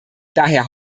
daher